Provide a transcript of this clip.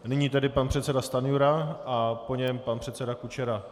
Nyní tedy pan předseda Stanjura a po něm pan předseda Kučera.